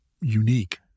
unique